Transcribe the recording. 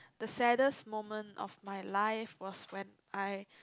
the saddest moment of my life was when I